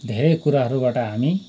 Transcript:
धेरै कुराहरूबाट हामी